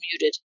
muted